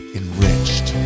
enriched